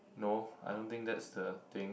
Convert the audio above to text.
no I don't think that's the thing